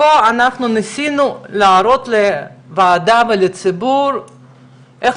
פה אנחנו ניסינו להראות לוועדה ולציבור איך